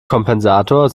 kompensator